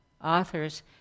Authors